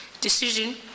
decision